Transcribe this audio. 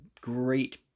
great